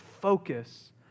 focus